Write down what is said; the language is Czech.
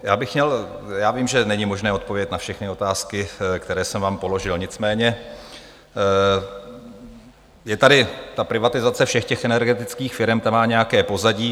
Já bych měl... já vím, že není možné odpovědět na všechny otázky, které jsem vám položil, nicméně je tady privatizace všech těch energetických firem, ta má nějaké pozadí.